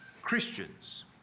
Christians